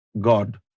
God